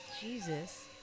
Jesus